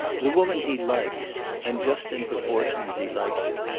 the woman he likes and just in proportion as he likes her.